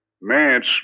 Man's